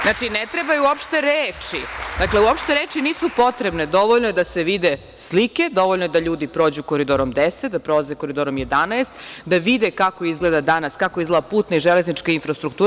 Znači, ne trebaju uopšte reči, reči uopšte nisu potrebne, dovoljno je da se vide slike, dovoljno je da ljudi prođu Koridorom 10, da prolaze Koridorom 11, da vide kako izgleda danas putna i železnička infrastruktura.